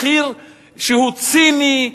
מחיר שהוא ציני,